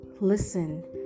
Listen